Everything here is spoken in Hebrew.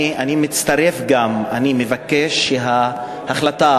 אני מצטרף ואני מבקש שההחלטה,